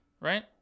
right